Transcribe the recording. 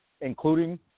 including